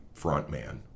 frontman